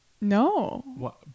No